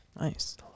Nice